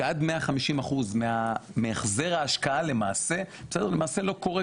שעד 150% מהחזר ההשקעה למעשה לא קורה